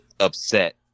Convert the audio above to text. upset